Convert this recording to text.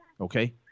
Okay